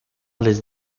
les